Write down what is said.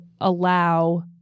allow